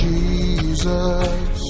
Jesus